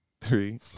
Three